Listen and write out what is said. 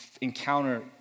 encounter